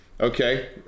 Okay